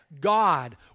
God